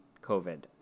COVID